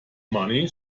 money